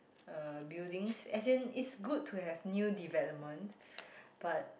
uh buildings as in it's good to have new developments but